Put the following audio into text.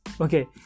Okay